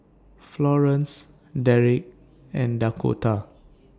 Florence Derek and Dakotah